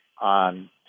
on